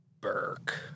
Burke